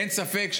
אין ספק,